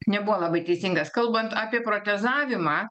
nebuvo labai teisingas kalbant apie protezavimą